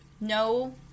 no